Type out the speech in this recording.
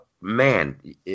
man